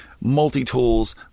multi-tools